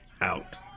Out